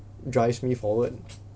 drives me forward